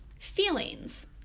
Feelings